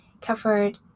covered